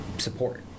Support